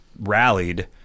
rallied